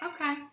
Okay